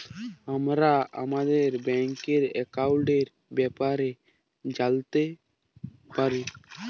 আমরা আমাদের ব্যাংকের একাউলটের ব্যাপারে জালতে পারি